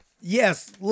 Yes